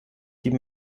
die